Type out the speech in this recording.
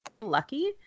lucky